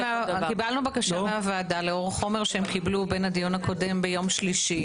קיבלנו בקשה מהוועדה לאור החומר שהם קיבלו בין הדיון הקודם ביום שלישי